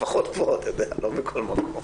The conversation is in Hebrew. לפחות פה, אתה יודע, לא בכל מקום.